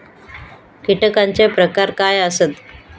कीटकांचे प्रकार काय आसत?